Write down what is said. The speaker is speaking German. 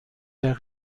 der